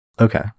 Okay